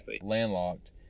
landlocked